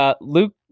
Luke